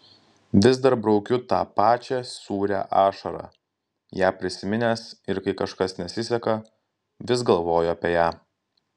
vis dar braukiu tą pačią sūrią ašarą ją prisiminęs ir kai kažkas nesiseka vis galvoju apie ją